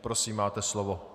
Prosím, máte slovo.